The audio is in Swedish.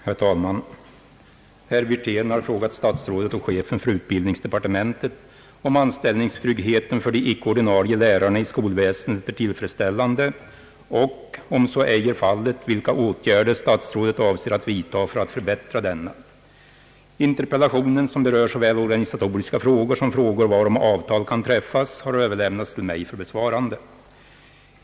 Herr talman! Herr Wirtén har frågat statsrådet och chefen för utbildningsdepartementet, om anställningstryggheten för de icke-ordinarie lärarna i skolväsendet är tillfredsställande och, om så ej är fallet, vilka åtgärder statsrådet avser att vidta för att förbättra denna. Interpellationen, som berör såväl organisatoriska frågor som frågor varom avtal kan träffas, har överlämnats till mig för besvarande.